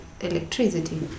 electricity